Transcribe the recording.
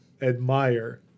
admire